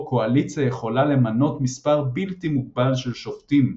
קואליציה יכולה למנות מספר בלתי מוגבל של שופטים,